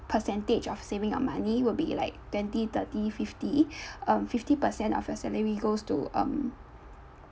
percentage of saving of money would be like twenty thirty fifty uh fifty percent of your salary goes to um